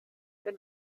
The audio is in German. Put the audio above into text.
wenn